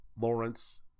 Lawrence